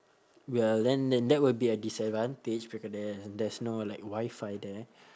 well then then that will be a disadvantage because there's there's no like wi-fi there